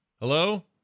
Hello